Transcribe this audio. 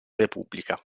repubblica